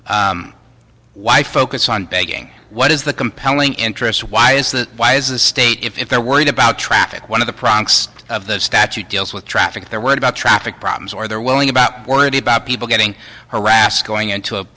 is why focus on begging what is the compelling interest why is that why as a state if they're worried about traffic one of the products of the statute deals with traffic they're worried about traffic problems or they're willing about already about people getting harassed going into a